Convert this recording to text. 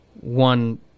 one